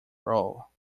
role